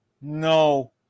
no